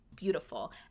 beautiful